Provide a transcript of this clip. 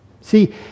See